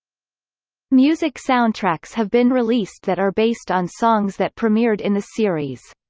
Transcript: music soundtracks have been released that are based on songs that premiered in the series.